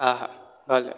હા હા ભલે